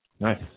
Nice